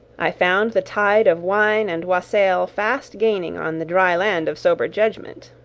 i found the tide of wine and wassail fast gaining on the dry land of sober judgment.